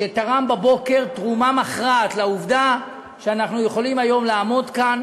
שתרם בבוקר תרומה מכרעת לעובדה שאנחנו יכולים היום לעמוד כאן